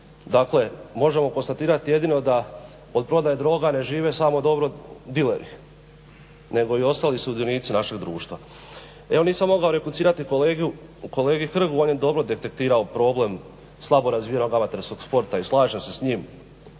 Dakle, možemo konstatirati jedino da od prodaje droga ne žive samo dobro dileri, nego i ostali sudionici našeg društva. Evo nisam mogao replicirati kolegi Hrgu, on je dobro detektirao problem slabo razvijenog amaterskog sporta i slažem se s njim